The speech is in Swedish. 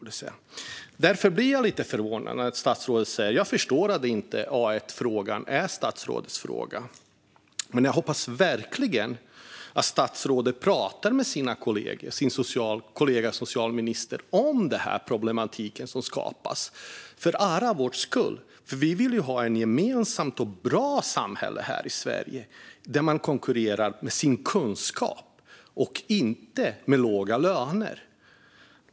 Därför blir jag lite förvånad över det som statsrådet säger. Jag förstår att A1-frågan inte är statsrådets fråga. Men jag hoppas verkligen att statsrådet för allas vår skull pratar med sina kollegor och sin kollega socialministern om denna problematik som skapas. Vi vill ju ha ett gemensamt och bra samhälle här i Sverige där man konkurrerar med sin kunskap och inte med låga löner.